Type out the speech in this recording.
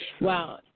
Wow